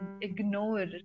ignore